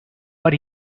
but